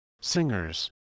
singers